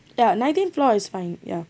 ya nineteen floor is fine ya